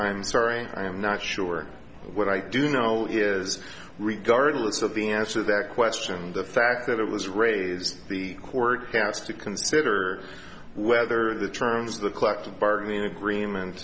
i'm sorry and i am not sure what i do know is regardless of the answer that question the fact that it was raised the court has to consider whether the terms of the collective bargaining agreement